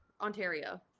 Ontario